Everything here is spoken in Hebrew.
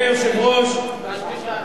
אדוני היושב-ראש, קשקשן.